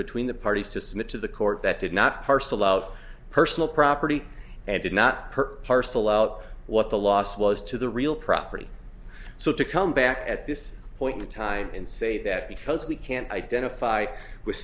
between the parties to submit to the court that did not parcel out personal property and did not per parcel out what the loss was to the real property so to come back at this point in time and say that because we can't identify with